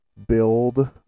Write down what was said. build